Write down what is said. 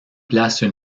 placent